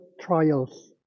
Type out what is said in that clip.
trials